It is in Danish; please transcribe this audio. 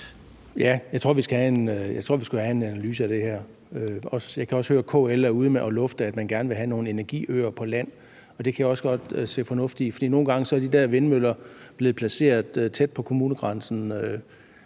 Jeg tror, at vi skal have en analyse af det her. Jeg kan også høre, at KL er ude at lufte, at man gerne vil have nogle energiøer på land, og det kan jeg også godt se fornuft i. For nogle gange er de der vindmøller blevet placeret tæt på kommunegrænsen